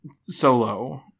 solo